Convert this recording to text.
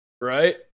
Right